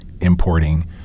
importing